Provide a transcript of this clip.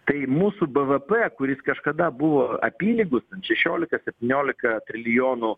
tai mūsų bvp kuris kažkada buvo apylygus šešiolika septyniolika trilijonų